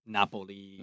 Napoli